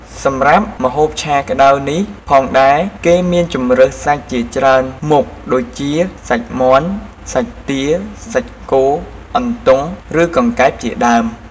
សម្រាប់ម្ហូបឆាក្តៅនេះផងដែរគេមានជម្រើសសាច់ជាច្រើនមុខដូចជា សាច់មាន់ សាច់ទា សាច់គោ អន្ទង់ ឬ កង្កែប ជាដើម។